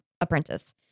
apprentice